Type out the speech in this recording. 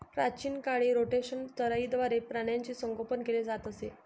प्राचीन काळी रोटेशनल चराईद्वारे प्राण्यांचे संगोपन केले जात असे